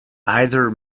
either